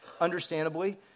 understandably